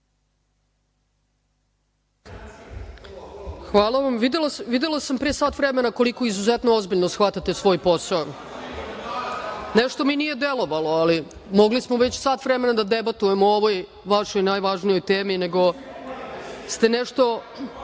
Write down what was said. Hvala. Videla sam pre sat vremena koliko izuzetno ozbiljno shvatate svoj posao. Nešto mi nije delovalo. Mogli smo već sat vremena da debatujemo o ovoj vašoj najvažnijoj temi, nego ste nešto